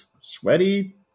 Sweaty